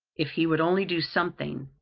if he would only do something,